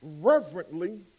reverently